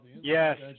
Yes